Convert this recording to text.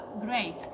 great